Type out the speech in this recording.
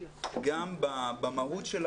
גם במהות שלה,